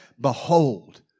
Behold